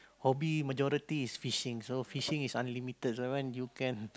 hobby majority is fishing so fishing is unlimited so when you can